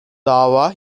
dava